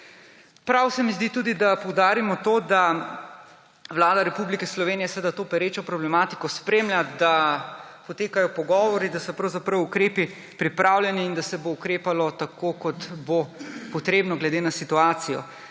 Prav se mi zdi tudi, da poudarimo to, da Vlada Republike Slovenije seveda to perečo problematiko spremlja, da potekajo pogovori, da so pravzaprav ukrepi pripravljeni in da se bo ukrepalo tako, kot bo potrebno glede na situacijo.